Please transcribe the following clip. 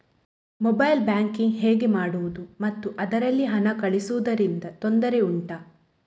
mobile banking ಹೇಗೆ ಮಾಡುವುದು ಮತ್ತು ಅದರಲ್ಲಿ ಹಣ ಕಳುಹಿಸೂದರಿಂದ ತೊಂದರೆ ಉಂಟಾ